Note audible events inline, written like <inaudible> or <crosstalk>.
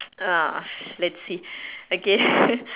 uh let's see okay <laughs>